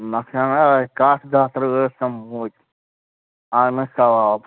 نۄقصان آ کَٹھ دَہ ترٛہ ٲسۍ تِم موٗدۍ آنگنَس ژاو آب